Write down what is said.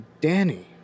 Danny